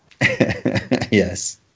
Yes